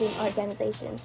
organization